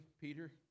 Peter